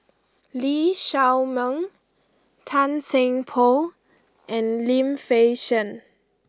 Lee Shao Meng Tan Seng Poh and Lim Fei Shen